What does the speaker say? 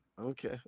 Okay